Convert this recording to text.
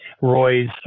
Roy's